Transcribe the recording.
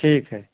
ठीक है